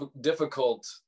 difficult